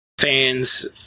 fans